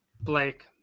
Blake